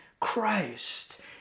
Christ